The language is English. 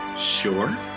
Sure